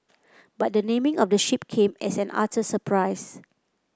but the naming of the ship came as an utter surprise